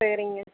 சரிங்க